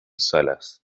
salas